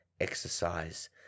exercise